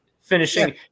finishing